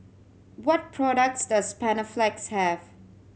what products does Panaflex have